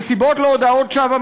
וסיבות להודאות שווא,